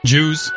Jews